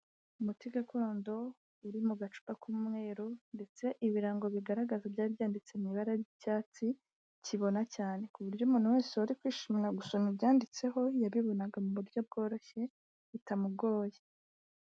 Umuti gakondo uri mu gacupa k'umweru ndetse ibirango bigaragaza byari byanditse mu ibara ry'icyatsi kibona cyane ku buryo umuntu wese wari kwishimira gusoma ibyanditseho yabibonaga mu buryo bworoshye bitamugoye.